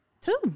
Two